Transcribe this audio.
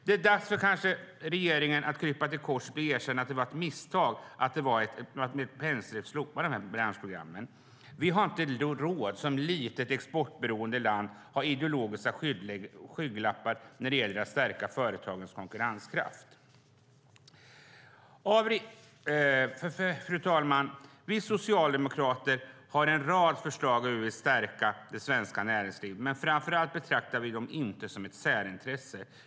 Det är dags för regeringen att krypa till korset och erkänna att det var ett misstag att med ett penseldrag slopa branschprogrammen. Vi har som litet, exportberoende land inte råd att ha ideologiska skygglappar när det gäller att stärka företagens konkurrenskraft. Fru talman! Vi socialdemokrater har en rad förslag för att stärka det svenska näringslivet. Framför allt betraktar vi det inte som ett särintresse.